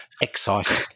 exciting